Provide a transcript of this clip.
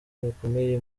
bakomeye